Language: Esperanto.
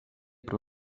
pro